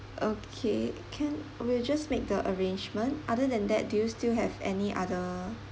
okay can we'll just make the arrangement other than that do you still have any other